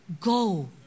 Go